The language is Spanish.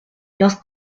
los